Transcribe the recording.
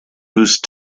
whose